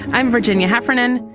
i'm virginia heffernan.